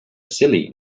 silly